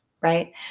right